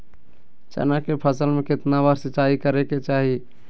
चना के फसल में कितना बार सिंचाई करें के चाहि?